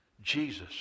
Jesus